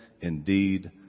Indeed